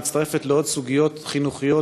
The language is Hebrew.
מצטרפת לעוד סוגיות חינוכיות,